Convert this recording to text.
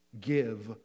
give